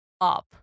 up